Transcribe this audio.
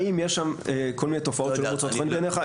האם יש שם כל מיני תופעות שלא מוצאות חן בעיניך?